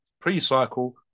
pre-cycle